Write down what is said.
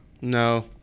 No